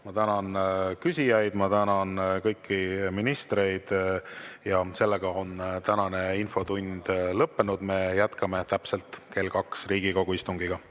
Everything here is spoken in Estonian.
Ma tänan küsijaid, ma tänan kõiki ministreid. Sellega on tänane infotund lõppenud. Jätkame täpselt kell kaks Riigikogu istungiga.